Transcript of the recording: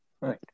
Right